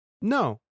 No